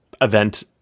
event